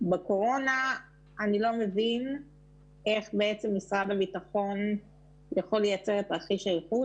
בקורונה אני לא מבין איך בעצם משרד הביטחון יכול לייצר את תרחיש הייחוס.